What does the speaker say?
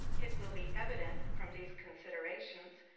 it will be evident, from these considerations,